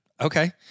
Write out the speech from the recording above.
Okay